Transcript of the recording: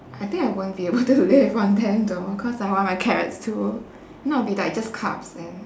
I think I won't be able to live on them though because I want my carrots too if not it'll be like just carbs and